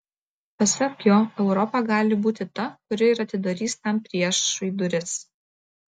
pasak jo europa gali būti ta kuri ir atidarys tam priešui duris